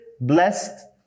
blessed